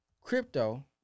CRYPTO